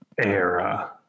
Era